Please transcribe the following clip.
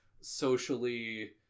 socially